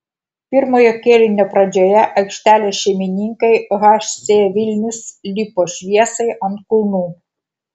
pirmojo kėlinio pradžioje aikštelės šeimininkai hc vilnius lipo šviesai ant kulnų